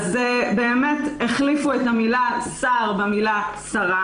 באמת החליפו את המילה "שר" במילה "שרה".